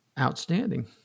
Outstanding